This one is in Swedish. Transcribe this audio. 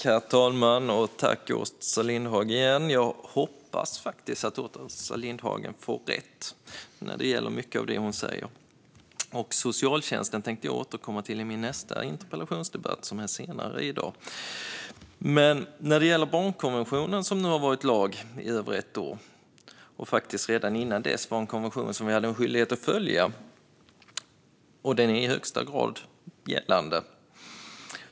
Herr talman! Jag hoppas faktiskt att Åsa Lindhagen får rätt när det gäller mycket av det hon säger. Socialtjänsten tänkte jag återkomma till i min nästa interpellationsdebatt, som äger rum senare i dag. När det gäller barnkonventionen har den nu varit lag i över ett år. Redan innan dess var den faktiskt en konvention som vi hade skyldighet att följa, och den är i högsta grad gällande.